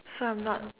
so I'm not